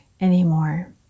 anymore